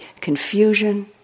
confusion